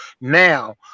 now